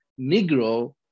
Negro